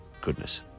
goodness